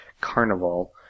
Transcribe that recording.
Carnival